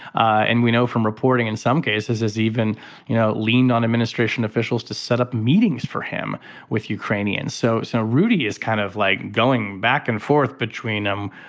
and we know from reporting in some cases as even you know leaned on administration officials to set up meetings for him with ukrainians. so so rudy is kind of like going back and forth between them.